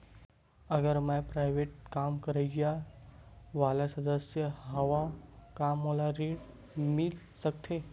अगर मैं प्राइवेट काम करइया वाला सदस्य हावव का मोला ऋण मिल सकथे?